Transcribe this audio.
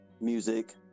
music